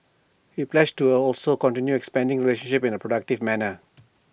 he pledged to also continue expanding the relationship in A productive manner